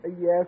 Yes